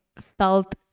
felt